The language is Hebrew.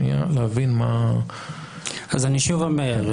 אז אני שוב אומר,